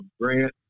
Grant